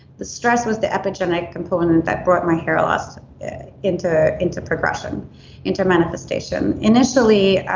the stress was the epigenetic component that brought my hair loss into into progression into manifestation. initially,